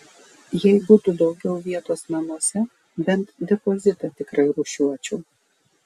jei būtų daugiau vietos namuose bent depozitą tikrai rūšiuočiau